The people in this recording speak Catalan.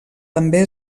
també